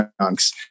chunks